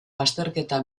azterketa